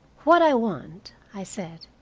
what i want, i said,